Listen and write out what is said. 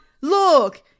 look